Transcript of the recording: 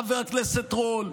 חבר הכנסת רול,